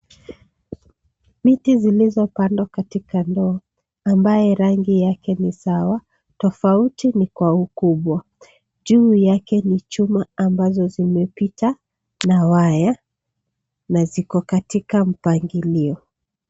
Miti zilizopandwa katika ndoo ambaye rangi yake ni sawa tofauti ni kwa ukubwa. Juu yake ni chuma ambazo zimepita na waya na ziko katika mpangilio.